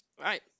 right